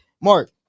Mark